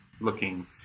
looking